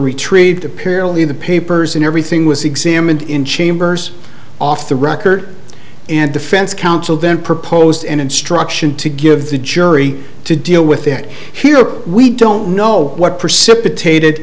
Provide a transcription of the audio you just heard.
retrieved apparently the papers and everything was examined in chambers off the record and defense counsel then proposed an instruction to give the jury to deal with it here we don't know what precipitated